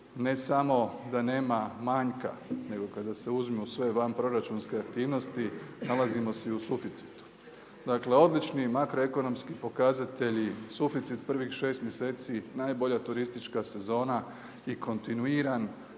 ne samo da nema manjka, nego kada se uzmu sve vanproračunske aktivnosti nalazimo se i u suficitu. Dakle odlični makroekonomski pokazatelji, suficit privih šest mjeseci, najbolja turistička sezona i kontinuiran,